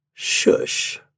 Shush